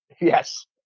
Yes